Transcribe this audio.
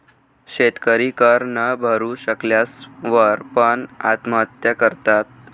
शेतकरी कर न भरू शकल्या वर पण, आत्महत्या करतात